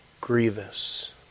grievous